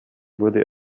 wurde